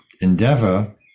endeavor